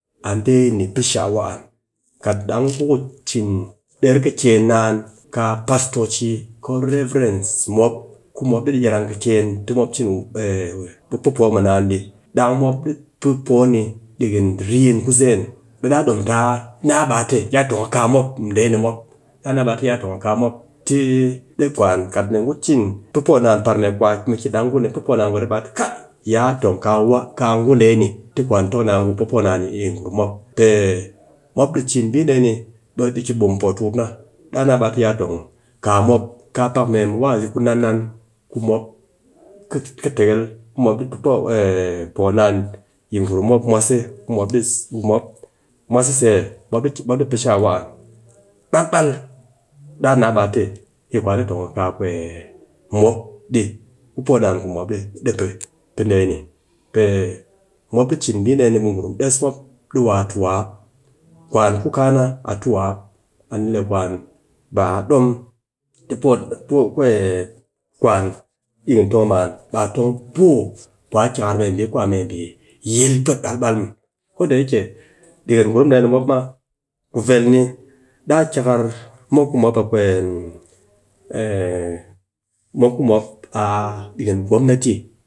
a dee ni pi pɨ shaawa an, kat dang ku cin, der kɨ ken naan kaa pastoci ko reverens mop ku mop dɨ yakal kɨken ti mop cin pɨ po mɨ naan dɨ baa mop di ɗang mop pɨ poo ni ɗikin rin ku zeen, ɓe daa dom taa naa baa tɨ ya tong kaa mop dee ni mop, daa naa ba tɨ ya tong a kaa mop tɨ dɨ kwan kat mee ngu cin pe poo naan par mee mu ki dang ngu dee pɨ poo ɓe ɗi ba kat, ya ton kaa ngu ɗee ni tɨ kwan a tong ɗi ngu pɨ poo naan dɨ mop, pe mop ɗi cin bii dee ni ɓe dɨ ki bum po tukum na, da naa ɓe a tɨ ya tong kaa mop, kaa pak mee waazi ku nan nan ku mop kɨ kɨtekel ku mop ɗi pɨ poo naan yi gurum. mop mwase, mwase se mop ɗi pɨ shaawa an balbal, daa naa ɓe a te yi kwan a tong a mop ɗi ku poo naan ku mop ɗi pɨ pɨ dee ni, pe mop di cin bii dee ni ɓe gurum des mop tu wap, kwan ku kaa na a tu wap, a ni le ba a ɗom tɨ kwan ɗikin pe man ɓe a tong buu ku kikar mee bii kwa mee bii yil pwet ɗang ɓe, ko da ya ke ɗikin gurom ɗee nimop ma, ku vel ni daa kikar mop ku mop a ɗikin gwomnati